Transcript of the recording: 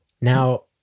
Now